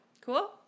Cool